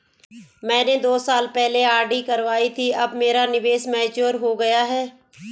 मैंने दो साल पहले आर.डी करवाई थी अब मेरा निवेश मैच्योर हो गया है